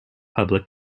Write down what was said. public